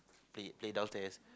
play play downstairs